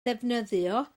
ddefnyddio